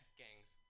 gangs